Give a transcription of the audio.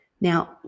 Now